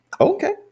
Okay